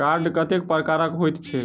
Card कतेक प्रकारक होइत छैक?